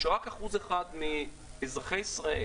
שרק אחוז אחד מאזרחי ישראל